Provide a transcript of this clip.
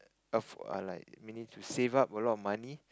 af~ or like manage to save up a lot of money